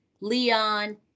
Leon